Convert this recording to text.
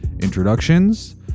introductions